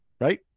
Right